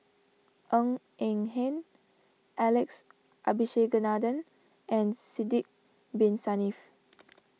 Ng Eng Hen Alex Abisheganaden and Sidek Bin Saniff